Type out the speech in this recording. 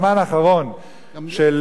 של פקידים מקצועיים,